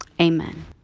amen